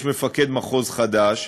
יש מפקד מחוז חדש,